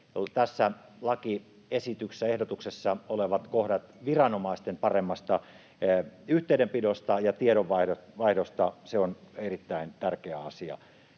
tässä lakiehdotuksessa olevat kohdat viranomaisten paremmasta yhteydenpidosta ja tiedonvaihdosta. Se on erittäin tärkeä asia